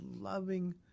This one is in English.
loving